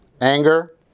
Anger